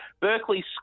Berkeley